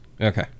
Okay